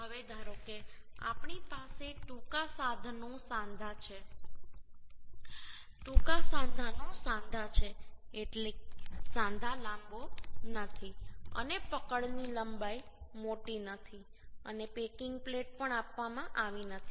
હવે ધારો કે આપણી પાસે ટૂંકા સાંધાનો સાંધા છે એટલે સાંધા લાંબો નથી અને પકડની લંબાઈ મોટી નથી અને પેકિંગ પ્લેટ પણ આપવામાં આવી નથી